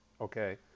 Okay